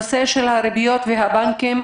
בנושא הריביות של הבנקים,